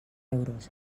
euros